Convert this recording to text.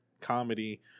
comedy